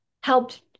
helped